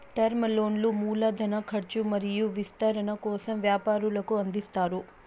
term లోన్లు మూల ధన కర్చు మరియు విస్తరణ కోసం వ్యాపారులకు అందిస్తారు